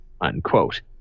Unquote